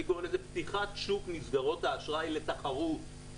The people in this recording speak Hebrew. אני קורא לזה פתיחת שוק מסגרות האשראי לתחרות,